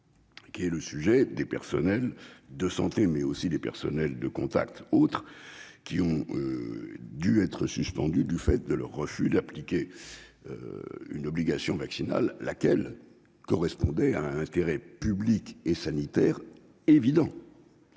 savoir celle des personnels de santé, mais aussi des autres personnels de contact, suspendus du fait de leur refus d'appliquer une obligation vaccinale, laquelle correspondait à un intérêt public et sanitaire évident.